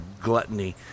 gluttony